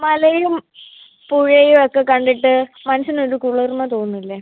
മലയും പുഴയും ഒക്കെ കണ്ടിട്ട് മനസ്സിനൊരു കുളിർമ തോന്നുന്നില്ലേ